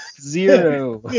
Zero